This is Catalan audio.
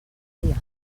dia